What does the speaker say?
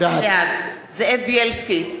בעד זאב בילסקי,